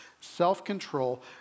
self-control